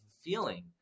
feeling